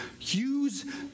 Use